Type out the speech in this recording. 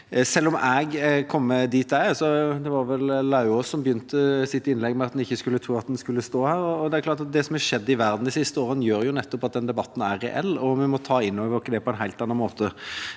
dit jeg er, men det var vel Lauvås som begynte sitt innlegg med at en ikke skulle tro at en skulle stå her. Det som har skjedd i verden de siste årene, gjør jo nettopp at debatten er reell, og vi må ta det inn over oss på en helt annen måte.